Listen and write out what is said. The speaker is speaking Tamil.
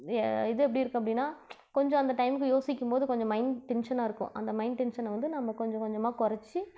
இது எப்படி இருக்குது அப்படின்னா கொஞ்சம் அந்த டைமுக்கு யோசிக்கும்போது கொஞ்சம் மைண்ட் டென்ஷனாக இருக்கும் அந்த மைண்ட் டென்ஷனை வந்து நம்ம கொஞ்சம் கொஞ்சமாக கொறச்சு